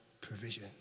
provision